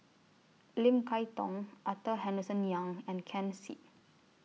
Lim Kay Tong Arthur Henderson Young and Ken Seet